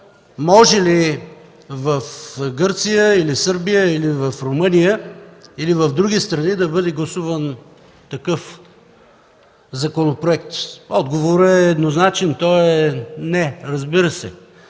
може ли в Гърция, Сърбия или в Румъния, или в други страни да бъде гласуван такъв законопроект?! Отговорът е еднозначен, той е „не”, разбира се!